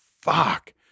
fuck